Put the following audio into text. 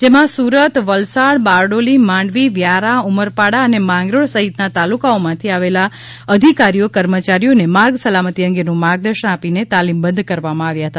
જેમાં સુરત વલસાડ બારડોલી માંડવી વ્યારા ઉમરપાડા અને માંગરોળ સહિતના તાલુકાઓમાંથી આવેલા અધિકારીઓ કર્મચારીઓને માર્ગ સલામતી અંગેનું માર્ગદર્શન આપીને તાલીમબદ્ધ કરવામાં આવ્યા હતા